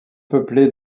peuplée